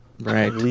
Right